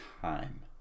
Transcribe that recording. time